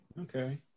okay